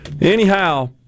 Anyhow